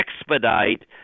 expedite